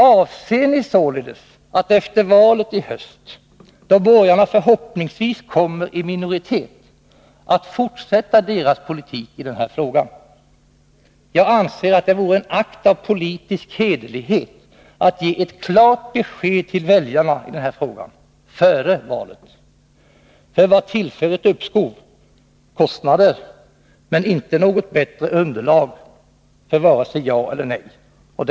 Avser ni således att efter valet i höst, då borgarna förhoppningsvis kommer i minoritet, fortsätta deras politik i den här frågan? Jag anser att det vore en akt av politisk hederlighet att ge ett klart besked till väljarna i den här frågan — före valet! Vad innebär ett tillfälligt uppskov? Kostnader, men inte något bättre underlag för vare sig ett ja eller ett nej.